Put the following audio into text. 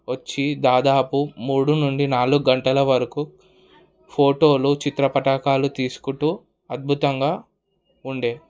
వొచ్చి దాదాపు మూడు నుండి నాలుగు గంటల వరకు ఫోటోలు చిత్ర పటాకాలు తీసుకుంటూ అద్భుతంగా ఉండే